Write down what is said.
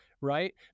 right